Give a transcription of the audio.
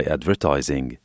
Advertising